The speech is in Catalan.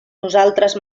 nosaltres